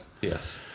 Yes